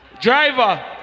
driver